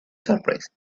surprise